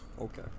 Okay